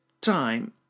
time